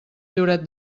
lloret